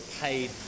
paid